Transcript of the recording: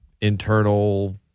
internal